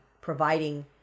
providing